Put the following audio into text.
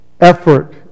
Effort